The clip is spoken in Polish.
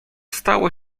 stało